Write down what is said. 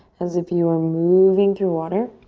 as if you are moving through water,